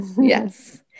Yes